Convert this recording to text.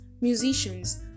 musicians